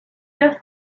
just